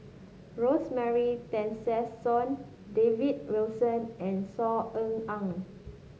Rosemary Tessensohn David Wilson and Saw Ean Ang